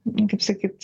kaip sakyt